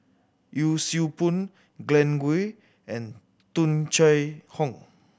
Yee Siew Pun Glen Goei and Tung Chye Hong